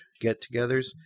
get-togethers